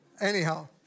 Anyhow